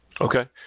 Okay